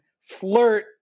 flirt